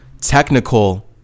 technical